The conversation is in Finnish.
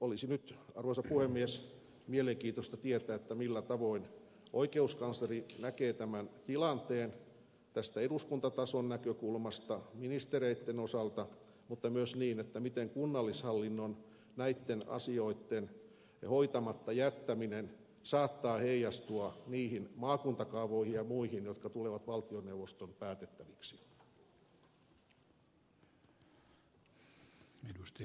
olisi nyt arvoisa puhemies mielenkiintoista tietää millä tavoin oikeuskansleri näkee tämän tilanteen tästä eduskuntatason näkökulmasta ministereitten osalta mutta myös niin miten näitten asioitten hoitamatta jättäminen kunnallishallinnossa saattaa heijastua niihin maakuntakaavoihin ja muihin jotka tulevat valtioneuvoston päätettäviksi